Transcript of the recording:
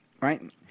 Right